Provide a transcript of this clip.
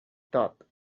thought